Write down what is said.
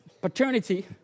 paternity